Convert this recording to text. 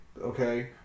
okay